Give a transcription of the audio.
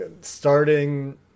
starting